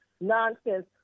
nonsense